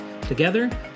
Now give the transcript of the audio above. Together